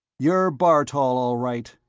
you're bartol, all right!